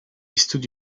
studi